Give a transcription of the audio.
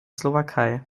slowakei